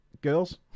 Girls